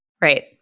Right